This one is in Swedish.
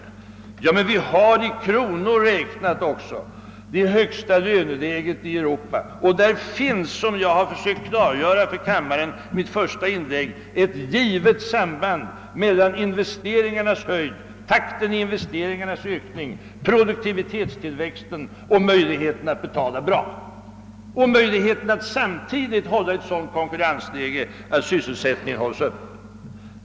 Det är riktigt, men vi har i kronor räknat också det högsta löneläget i Europa, och där finns — som jag har försökt klargöra för kammaren i mitt första inlägg — ett givet samband mellan investeringarnas höjd, takten i investeringarnas ökning, produktivitetstillväxten och möjligheten att betala bra löner och möjligheten att samtidigt hålla ett sådant konkurrensläge att sysselsättningen hålls uppe.